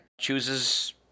chooses